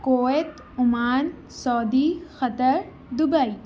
Kuwait Oman Saudi Qatar Dubai